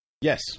Yes